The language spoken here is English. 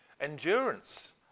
endurance